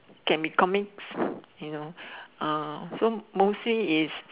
can be comics you know uh so mostly is